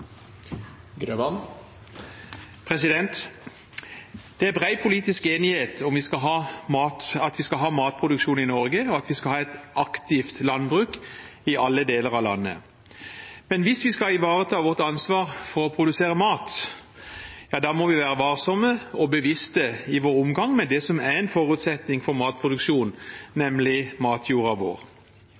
Det er bred politisk enighet om at vi skal ha matproduksjon i Norge, og at vi skal ha et aktivt landbruk i alle deler av landet. Men hvis vi skal ivareta vårt ansvar for å produsere mat, må vi være varsomme og bevisste i vår omgang med det som er en forutsetning for matproduksjon, nemlig matjorda vår.